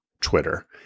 Twitter